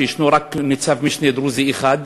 שיש רק ניצב-משנה דרוזי אחד,